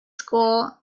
school